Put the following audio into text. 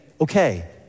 okay